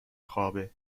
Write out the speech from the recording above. خوابه